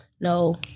no